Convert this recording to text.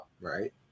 Right